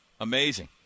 amazing